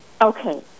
okay